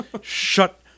Shut